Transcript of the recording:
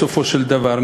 בסופו של דבר,